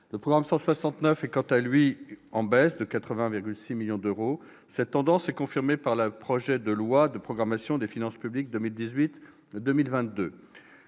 Le programme 169 est, quant à lui, en baisse de 80,6 millions d'euros. Cette tendance est confirmée par le projet de loi de programmation des finances publiques 2018-2022.